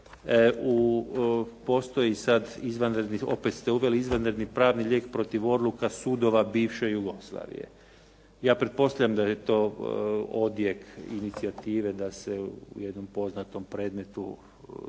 smo već kod egzotike. Opet ste uveli izvanredni pravni lijek protiv odluka sudova bivše Jugoslavije. Ja pretpostavljam da je to odjek inicijative da se u jednom poznatom predmetu sudski